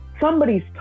somebody's